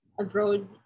abroad